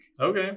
Okay